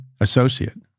associate